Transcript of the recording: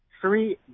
three